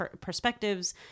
perspectives